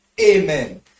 amen